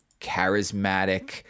charismatic